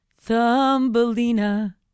Thumbelina